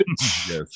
Yes